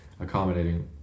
accommodating